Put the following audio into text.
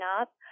up